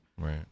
Right